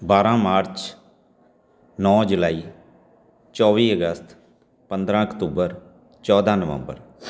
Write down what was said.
ਬਾਰ੍ਹਾਂ ਮਾਰਚ ਨੌ ਜੁਲਾਈ ਚੌਵੀ ਅਗਸਤ ਪੰਦਰਾਂ ਅਕਤੂਬਰ ਚੌਦ੍ਹਾਂ ਨਵੰਬਰ